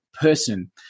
person